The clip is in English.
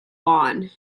lawn